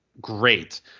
great